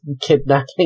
kidnapping